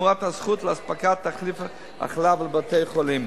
תמורת הזכות לאספקת תחליף החלב לבית-החולים,